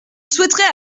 souhaiterais